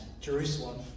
Jerusalem